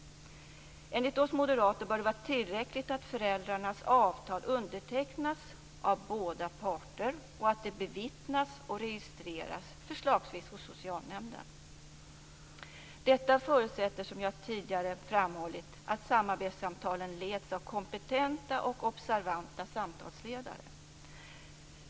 Enligt oss moderater bör det vara tillräckligt att föräldrarnas avtal undertecknas av båda parter och att det bevittnas och registreras, förslagsvis hos socialnämnden. Detta förutsätter, som jag tidigare framhållit, att samarbetssamtalen leds av kompetenta och observanta samtalsledare.